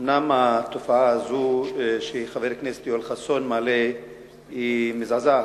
אומנם התופעה הזאת שחבר הכנסת יואל חסון מעלה היא מזעזעת,